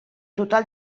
total